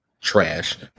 trash